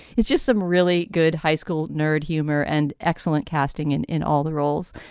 it's just some really good high school nerd humor and excellent casting. and in all the roles,